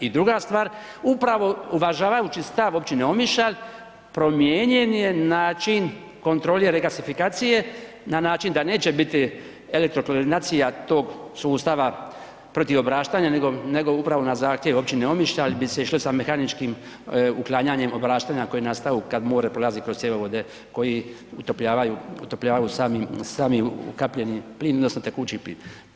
I druga stvar, upravo uvažavajući stav općine Omišalj promijenjen je način kontrole regasifikacije na način da neće biti elektro … [[Govornik se ne razumije]] tog sustava protiv obraštanja nego, nego upravo na zahtjev općine Omišalj bi se išlo sa mehaničkim uklanjanjem obraštanja koje nastaju kad more prolazi kroz cjevovode koji utopljavaju, utopljavaju sami, sami ukapljeni plin odnosno tekući plin.